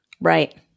Right